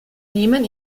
nehmen